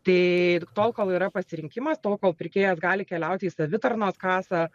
tai tol kol yra pasirinkimas tol kol pirkėjas gali keliauti į savitarnos kasą